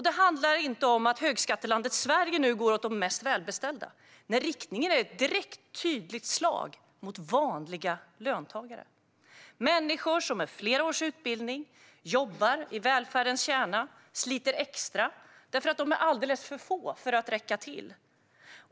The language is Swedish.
Det handlar inte om att högskattelandet Sverige nu går efter de mest välbeställda. Nej, riktningen är ett direkt och tydligt slag mot vanliga löntagare. Människor som med flera års utbildning jobbar i välfärdens kärna sliter extra därför att de är alldeles för få för att räcka till.